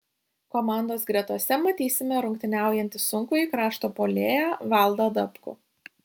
komandos gretose matysime rungtyniaujantį sunkųjį krašto puolėją valdą dabkų